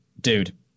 dude